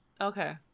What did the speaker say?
Okay